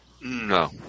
No